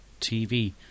TV